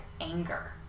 anger